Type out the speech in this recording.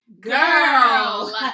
girl